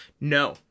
No